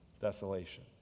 desolation